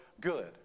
good